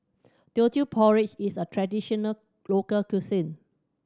Teochew Porridge is a traditional local cuisine